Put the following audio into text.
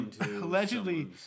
allegedly